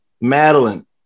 Madeline